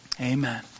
Amen